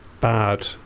bad